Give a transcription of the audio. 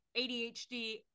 ADHD